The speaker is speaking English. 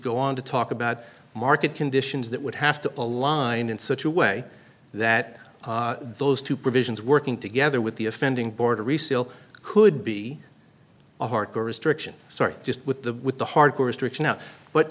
go on to talk about market conditions that would have to align in such a way that those two provisions working together with the offending border reseal could be a hardcore restriction start just with the with the hardcore restriction out but